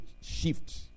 shift